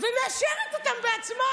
ומאשרת אותן בעצמה.